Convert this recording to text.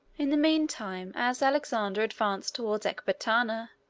in the mean time, as alexander advanced toward ecbatana,